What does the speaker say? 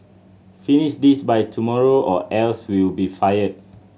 finish this by tomorrow or else you'll be fired